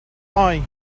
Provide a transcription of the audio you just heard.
eye